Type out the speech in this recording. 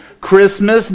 Christmas